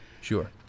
Sure